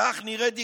כך נראית דיקטטורה,